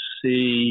see